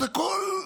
אז הכול,